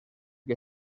que